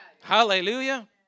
Hallelujah